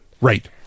right